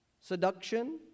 Seduction